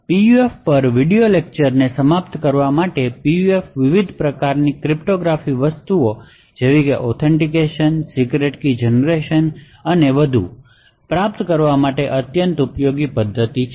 PUF પર video લેક્ચર્સને સમાપ્ત કરવા માટે PUF વિવિધ પ્રકારની ક્રિપ્ટોગ્રાફિક વસ્તુઓ જેવી કે ઓથેન્ટિકેશન સિક્રેટ કી જનરેશન અને વધુ પ્રાપ્ત કરવા માટે અત્યંત ઉપયોગી પદ્ધતિ છે